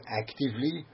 actively